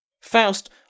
Faust